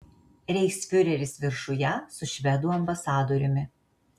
reichsfiureris viršuje su švedų ambasadoriumi